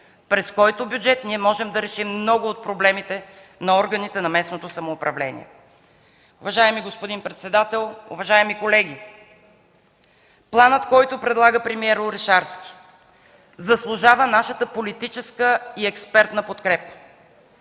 през който бюджет ние можем да решим много от проблемите на органите на местното самоуправление. Уважаеми господин председател, уважаеми колеги, планът, който предлага премиерът Орешарски, заслужава нашата политическа и експертна подкрепа.